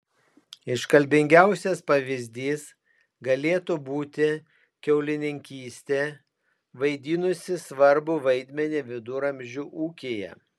iškalbingiausias pavyzdys galėtų būti kiaulininkystė vaidinusi svarbų vaidmenį viduramžių ūkyje